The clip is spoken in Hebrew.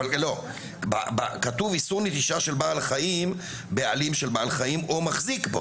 אבל לא: כתוב איסור נטישה של בעל חיים - בעלים של בעל חיים או מחזיק בו